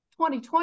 2020